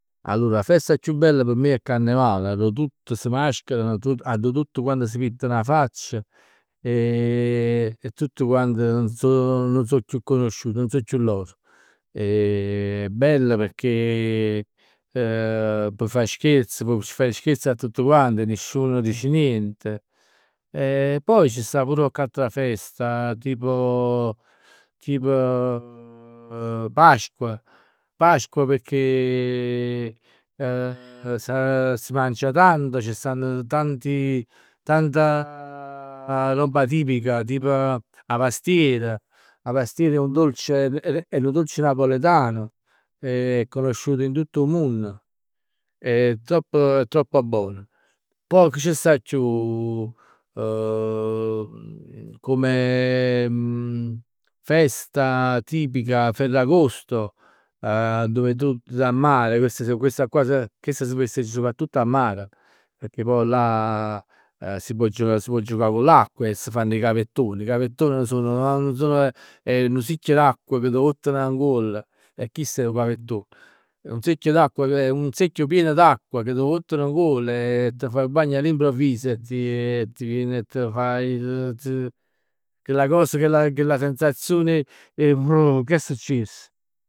Allor 'a festa chiù bella p' me è Carnevale, arò tutt s' mascherano, arò tutt quant s' pittan 'a facc. E tutt quant nun so, nun so chiù conosciuti, nun so chiù loro. è bella perchè può fa scherzi, può fa 'e scherzi a tutt quant e nisciun dice nient. E poi ci sta pur cocch'ata festa, tipo, tipo, Pasqua, Pasqua pecchè s- si mangia tanto, ci stanno tanti, tanta roba tipica, tipo 'a pastiera. 'A pastiera è un dolce, è-è-è nu dolce napoletano, è conosciuto in tutt 'o munn, è tropp tropp bona. Poj che ci sta chiù? Come festa tipica, Ferragosto, dove tu a mare, questa questa qua, chest si festeggia soprattutto a mare. Pecchè poi là si pò, si pò giocà cu l'acqua e si fanno 'e gavettoni. I gavettoni sono, nun sono, è nu sicchio d'acqua che t' vottn nguoll e chist è 'o gavettone. È un secchio d'acqua, è un secchio pieno d'acqua che t' vottn nguoll e t' faje 'o bagno all'improvviso e ti e ti viene e t' faje, t- t' chella cosa, chella sensazione 'e prr che è succiess?